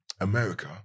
America